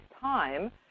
time